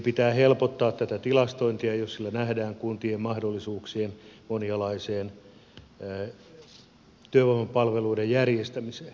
pitää helpottaa tätä tilastointia jos sillä nähdään kuntien mahdollisuuksia monialaiseen työvoimapalveluiden järjestämiseen